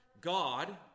God